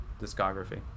discography